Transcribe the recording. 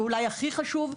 ואולי הכי חשוב,